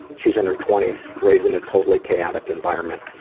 she's in her twenty s raised in a totally chaotic environment.